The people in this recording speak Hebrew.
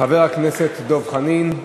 חבר הכנסת דב חנין?